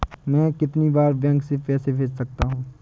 मैं कितनी बार बैंक से पैसे भेज सकता हूँ?